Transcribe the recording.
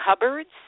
cupboards